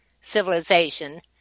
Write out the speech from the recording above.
civilization